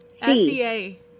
S-E-A